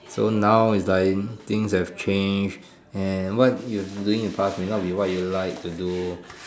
so now it's like things have changed and what you were doing in the past may not be what you like to do